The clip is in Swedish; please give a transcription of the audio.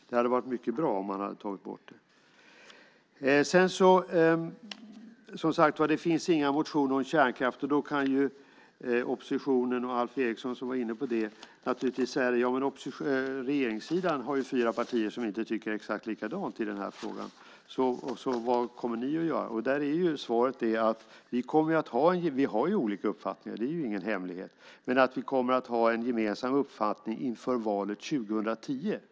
Det hade varit mycket bra om man hade tagit bort det. Det finns som sagt inga motioner om kärnkraft. Oppositionen och Alf Eriksson, som var inne på det, kan naturligtvis säga att regeringssidan har fyra partier som inte tycker exakt likadant i den här frågan, så vad kommer ni att göra? Vi har olika uppfattningar. Det är ingen hemlighet. Men vi kommer att ha en gemensam uppfattning inför valet 2010.